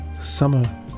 Summer